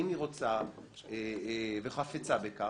אם היא רוצה וחפצה בכך,